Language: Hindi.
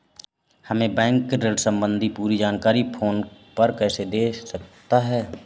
हमें बैंक ऋण संबंधी पूरी जानकारी फोन पर कैसे दे सकता है?